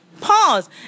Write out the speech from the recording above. pause